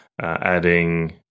adding